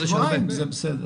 חודש זה בסדר.